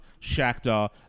Shakhtar